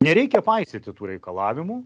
nereikia paisyti tų reikalavimų